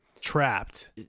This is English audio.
trapped